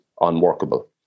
unworkable